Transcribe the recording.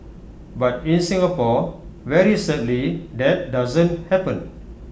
but in Singapore very sadly that doesn't happen